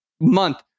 month